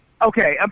Okay